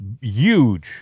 huge